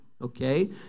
okay